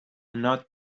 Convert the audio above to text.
not